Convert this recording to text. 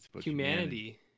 Humanity